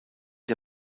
der